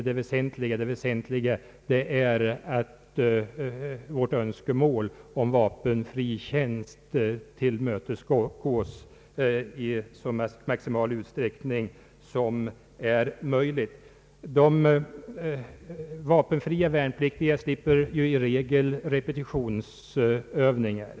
Det väsentliga för dem är att önskemålet om vapenfri tjänst tillmötesgås i så maximal utsträckning som möjligt. De vapenfria värnpliktiga slipper i regel repetionsövningar.